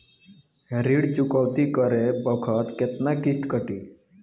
ऋण चुकौती करे बखत केतना किस्त कटी?